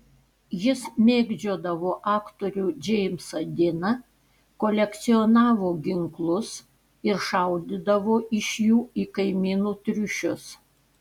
jis mėgdžiodavo aktorių džeimsą diną kolekcionavo ginklus ir šaudydavo iš jų į kaimynų triušius